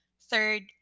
Third